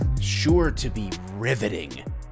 sure-to-be-riveting